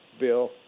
Bill